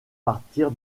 partir